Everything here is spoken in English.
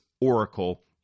oracle